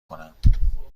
کنم